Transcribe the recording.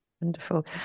Wonderful